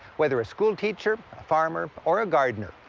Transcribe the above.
whether a schoolteacher, farmer, or a gardener,